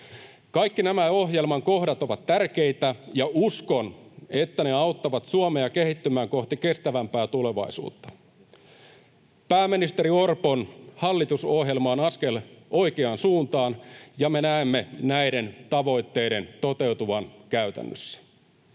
Kaikki nämä ohjelman kohdat ovat tärkeitä, ja uskon, että ne auttavat Suomea kehittymään kohti kestävämpää tulevaisuutta. Pääministeri Orpon hallitusohjelma on askel oikeaan suuntaan, ja me näemme näiden tavoitteiden toteutuvan käytännössä.